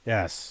Yes